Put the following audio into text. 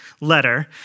letter